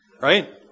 Right